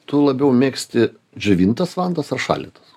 tu labiau mėgsti džiovintas vantas ar šaldytas